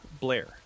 Blair